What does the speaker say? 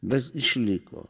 bet išliko